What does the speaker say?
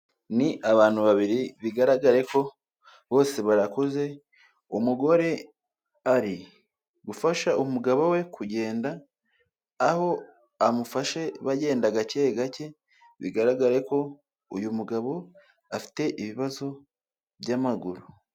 Ni abantu babiri bigaragare ko bose barakuze, umugore ari gufasha umugabo we kugenda, aho amufashe bagenda gake gake bigaragare ko uyu mugabo afite ibibazo by'amaguru.